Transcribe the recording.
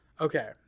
Okay